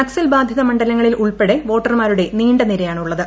നക്സൽ ബാധിത മണ്ഡലങ്ങളിൽ ഉൾപ്പെടെ വോട്ടർമാരുടെ നീണ്ട നിരയാണുള്ളത്